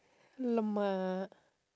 !alamak!